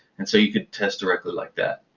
and so you could test directly like that.